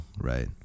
right